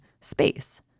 space